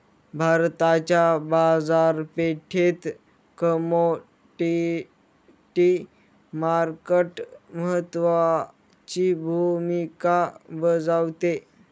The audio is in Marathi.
भारताच्या बाजारपेठेत कमोडिटी मार्केट महत्त्वाची भूमिका बजावते